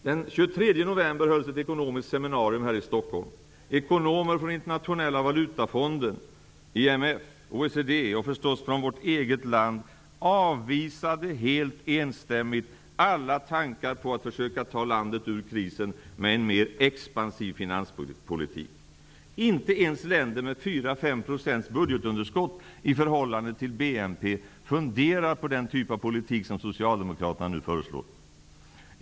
Den 23 november hölls ett ekonomiskt seminarium i Stockholm. Ekonomer från Internationella valutafonden, IMF, OECD och förstås från vårt eget land, avvisade helt enstämmigt alla tankar på att försöka ta landet ur krisen med en mer expansiv finanspolitik. Inte ens länder med 4--5 % budgetunderskott i förhållande till BNP funderar på den typ av politik som socialdemokraterna nu föreslår.